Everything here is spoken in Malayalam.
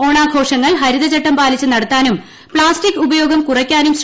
ഓണാഘോഷങ്ങൾ ഹരിതചട്ടം പാലിച്ച് നടത്താനും പ്ലാസ്റ്റിക് ഉപയോഗം കുറയ്ക്കാനും ശ്രദ്ധിക്കണം